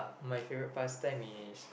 my favourite past time is